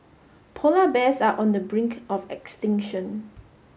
polar bears are on the brink of extinction